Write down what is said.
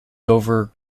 dover